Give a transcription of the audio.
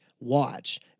watch